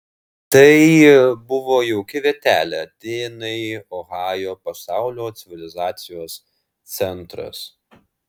tai buvo jauki vietelė atėnai ohajo pasaulio civilizacijos centras